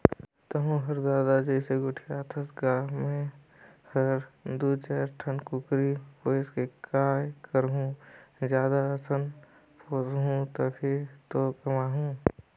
तहूँ हर ददा जइसे गोठियाथस गा मैं हर दू चायर ठन कुकरी पोयस के काय करहूँ जादा असन पोयसहूं तभे तो कमाहूं